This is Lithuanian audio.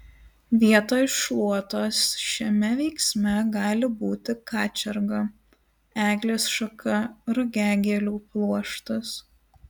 vietoj šluotos šiame veiksme gali būti kačerga eglės šaka rugiagėlių pluoštas